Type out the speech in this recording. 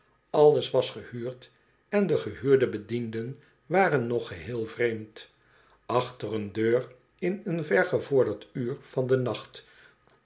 alles was gehuurd en de gehuurde bedienden waren nog geheel vreemd achter een deur in eon ver gevorderd uur van den nacht